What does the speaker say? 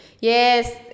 yes